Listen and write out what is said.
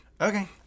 Okay